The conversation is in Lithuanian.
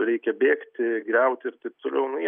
reikia bėgti griauti ir taip toliau nu jie